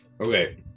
Okay